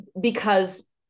because-